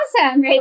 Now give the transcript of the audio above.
awesome